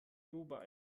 dubai